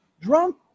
drunk